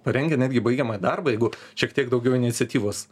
parengę netgi baigiamą darbą jeigu šiek tiek daugiau iniciatyvos